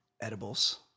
edibles